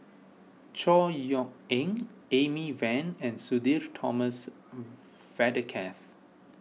Chor Yeok Eng Amy Van and Sudhir Thomas Vadaketh